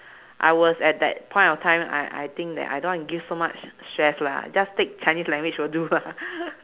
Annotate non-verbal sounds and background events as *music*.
I was at that point of time I I think that I don't want to give so much stress lah just take chinese language will do lah *laughs*